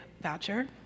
voucher